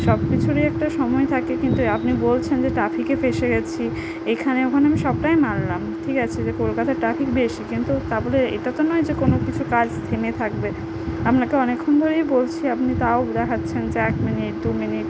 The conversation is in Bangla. সব কিছুরই একটা সময় থাকে কিন্তু আপনি বলছেন যে ট্র্যাফিকে ফেঁসে গিয়েছি এখানে ওখানে আমি সবটাই মানলাম ঠিক আছে যে কলকাতায় ট্র্যাফিক বেশি কিন্তু তা বলে এটা তো নয় যে কোনো কিছু কাজ থেমে থাকবে আপনাকে অনেকক্ষণ ধরেই বলছি আপনি তাও দেখাচ্ছেন যে এক মিনিট দু মিনিট